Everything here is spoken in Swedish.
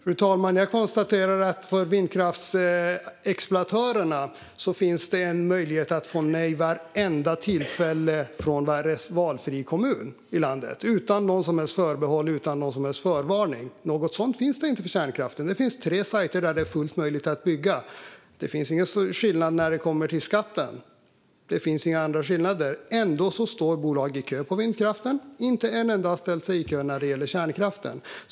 Fru talman! Jag konstaterar att för vindkraftsexploatörerna finns det en möjlighet att få nej vid vartenda tillfälle från valfri kommun i landet, utan något som helst förbehåll eller någon som helst förvarning. Något sådant finns inte för kärnkraften. Det finns tre platser där det är fullt möjligt att bygga. Det finns ingen skillnad när det kommer till skatten. Det finns inga andra skillnader. Ändå står bolag i kö för att bygga vindkraft, men inte ett enda bolag har ställt sig i kö när det gäller kärnkraft.